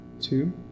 two